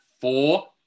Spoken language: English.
four